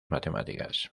matemáticas